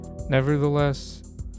Nevertheless